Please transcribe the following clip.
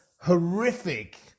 horrific